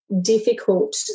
difficult